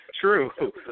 True